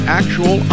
actual